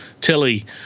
Tilly